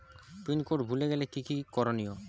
Pin code ভুলে গেলে কি কি করনিয়?